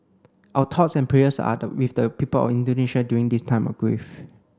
our thoughts and prayers are with the people of Indonesia during this time of grief